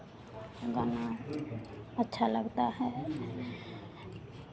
के गाना अच्छा लगता है